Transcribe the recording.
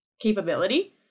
capability